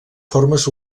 formes